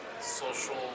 social